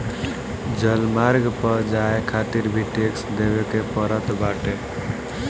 जलमार्ग पअ जाए खातिर भी टेक्स देवे के पड़त बाटे